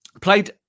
Played